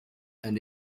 and